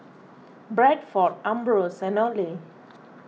Bradford Ambros and Olay